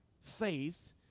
Faith